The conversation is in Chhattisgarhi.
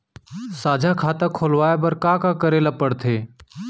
साझा खाता खोलवाये बर का का करे ल पढ़थे?